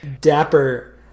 dapper